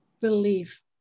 belief